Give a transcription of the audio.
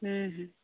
ᱦᱩᱸ ᱦᱩᱸ